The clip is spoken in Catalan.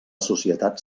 societat